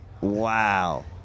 Wow